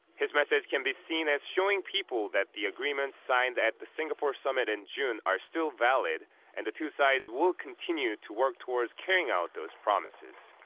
his message can be seen as showing people that the agreements signed at the singapore summit in june are still valid and the two sides will continue to work towards carrying out those promises.